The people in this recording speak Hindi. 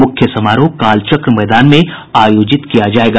मुख्य समारोह कालचक्र मैदान में आयोजित किया जायेगा